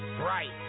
right